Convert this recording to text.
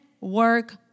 work